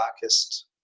darkest